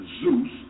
Zeus